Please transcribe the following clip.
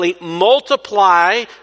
Multiply